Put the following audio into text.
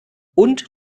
und